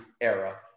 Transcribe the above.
era